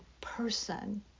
person